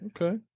Okay